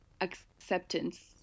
acceptance